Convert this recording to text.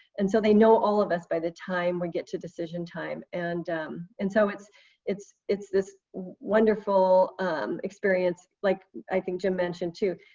and so they know all of us by the time we get to decision time. and and so it's it's this wonderful um experience. like i think jim mentioned too,